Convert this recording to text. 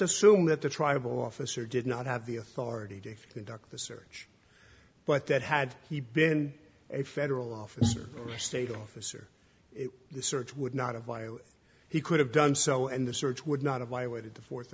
assume that the tribal officer did not have the authority to conduct the search but that had he been a federal officer or state officer if the search would not have while he could have done so and the search would not have violated the fourth